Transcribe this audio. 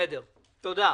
בסדר, תודה.